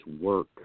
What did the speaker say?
work